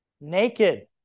Naked